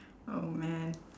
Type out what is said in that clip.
oh man